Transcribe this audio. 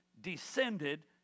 descended